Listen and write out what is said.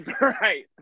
Right